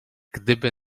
gdyby